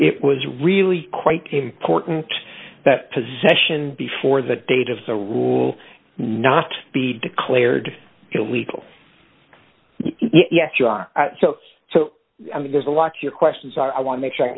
it was really quite important that possession before the date of the rule not be declared illegal yes you are so i mean there's a lot your questions are i want make sure